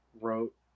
wrote